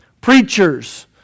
preachers